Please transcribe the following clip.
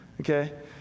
Okay